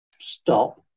stop